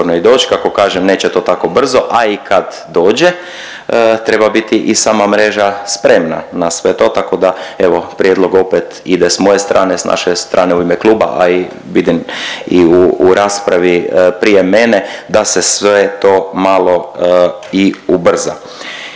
i doći. Kako kažem neće to tako brzo, a i kad dođe treba biti i sama mreža spremna na sve to tako da evo prijedlog opet ide s moje strane, s naše strane u ime kluba, a i vidim i u raspravi prije mene da se to sve malo i ubrza.